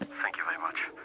thank you very much.